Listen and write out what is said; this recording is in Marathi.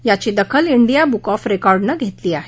याची दखल इंडिया बुक ऑफ रेकॉर्डनं घेतली आहे